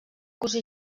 cosí